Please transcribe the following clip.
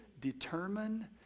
determine